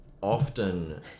often